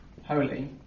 holy